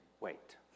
wait